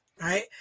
right